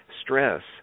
Stress